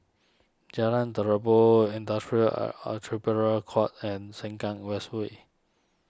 Jalan Terubok Industrial are Arbitration Court and Sengkang West Way